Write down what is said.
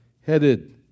Headed